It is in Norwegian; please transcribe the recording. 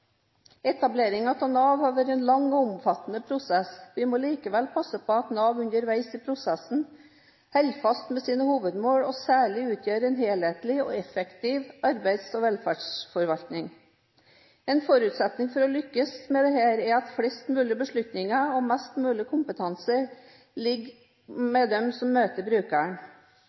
av Nav har vært en lang og omfattende prosess. Vi må likevel passe på at Nav underveis i prosessen holder fast ved sine hovedmål, og særlig utgjør en helhetlig og effektiv arbeids- og velferdsforvaltning. En forutsetning for å lykkes med dette er at flest mulig beslutninger og mest mulig kompetanse ligger hos dem som møter brukeren.